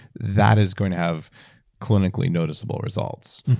that is going to have clinically noticeable results.